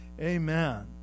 Amen